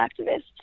activist